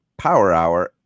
powerhour